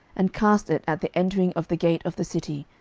and cast it at the entering of the gate of the city,